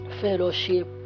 fellowship